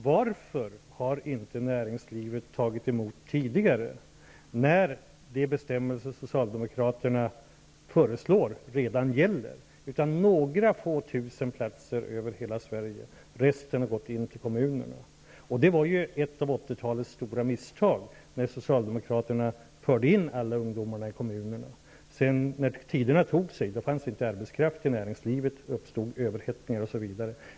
Varför har inte näringslivet tidigare tagit emot ungdomar när de bestämmelser gällt som Socialdemokraterna nu föreslår? Det har varit fråga om några få tusen platser över hela Sverige, övriga har gått till kommunerna. Det var ett av 80 talets stora misstag när Socialdemokraterna förde in alla ungdomar till kommunerna. När tiderna tog sig, fanns inte arbetskraft i näringslivet. Det uppstod överhettningar osv.